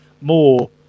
more